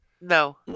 No